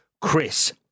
Chris